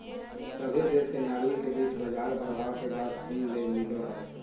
सभहे देश के नागरिक के बीच बाजार प्रभाव के बात सुने ले मिलो हय